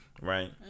right